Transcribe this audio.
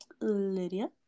Lydia